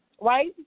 right